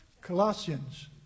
Colossians